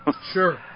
sure